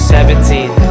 Seventeen